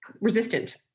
resistant